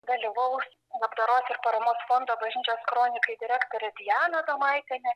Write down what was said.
dalyvaus labdaros ir paramos fondo bažnyčios kronikai direktorė diana adomaitienė